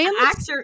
actor